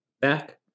back